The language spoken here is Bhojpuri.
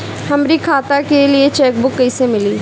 हमरी खाता के लिए चेकबुक कईसे मिली?